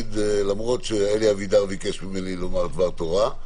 למרות שאלי אבידר ביקש ממני לומר דבר תורה,